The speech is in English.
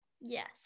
Yes